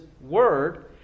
word